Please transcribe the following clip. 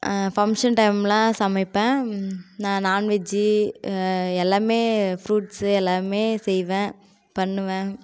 function டைம்லாம் சமைப்பேன் நான் நான்வெஜ் எல்லாம் ஃப்ரூட்ஸ் எல்லாம் செய்வேன் பண்ணுவேன்